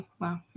Wow